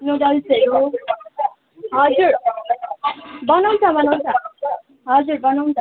नुडल्सहरू हजुर बनाउँछ बनाउँछ हजुर बनाउँछ